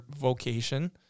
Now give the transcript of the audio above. vocation